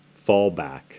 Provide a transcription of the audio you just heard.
fallback